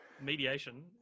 Mediation